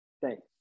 Thanks